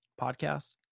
podcast